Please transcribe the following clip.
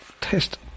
test